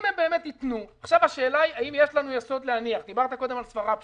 אם הן באמת יתנו דיברת קודם על סברה פשוטה,